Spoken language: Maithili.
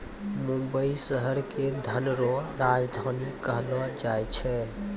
मुंबई शहर के धन रो राजधानी कहलो जाय छै